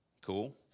Cool